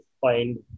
find